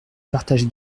partage